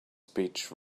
speech